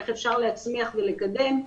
אך אפשר להצמיח ולקדם.